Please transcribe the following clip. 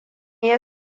ya